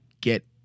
get